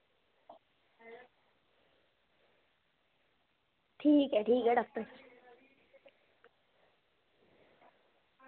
ठीक ऐ ठीक ऐ डॉक्टर